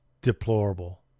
deplorable